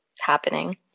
happening